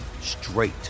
straight